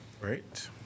Right